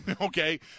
okay